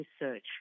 research